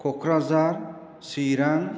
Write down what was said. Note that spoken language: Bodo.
क'क्राझार चिरां